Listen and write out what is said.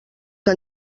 que